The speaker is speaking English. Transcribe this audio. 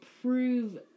prove